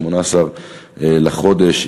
ב-18 בחודש,